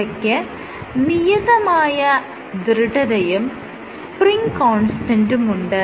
ഇവയ്ക്ക് നിയതമായ ദൃഢതയും സ്പ്രിങ് കോൺസ്റ്റന്റുമുണ്ട്